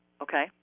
Okay